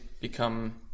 become